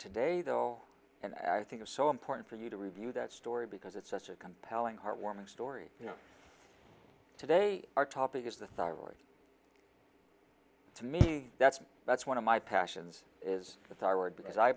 today though and i think it's so important for you to review that story because it's such a compelling heartwarming story you know today our topic is the thyroid to me that's that's one of my passions is the